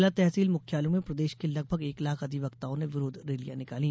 जिला तहसील मुख्यालयों में प्रदेश के लगभग एक लाख अधिवक्ताओं ने विरोध रैलियां निकाली